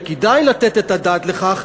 וכדאי לתת את הדעת על כך,